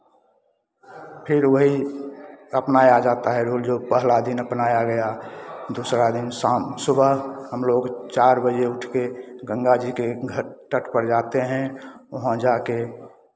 फिर वही अपनाया जाता वो जो पहला दिन अपनाया गया दूसरा दिन शाम सुबह हमलोग चार बजे उठ के गंगा जी के घट तट पर जाते हैं वहाँ जा के